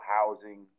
housing